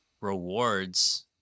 rewards